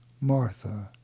Martha